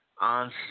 on